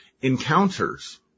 encounters